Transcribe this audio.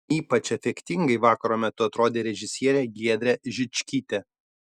ypač efektingai vakaro metu atrodė režisierė giedrė žičkytė